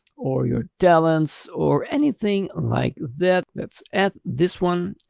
or your talents or anything like that. that's add this one.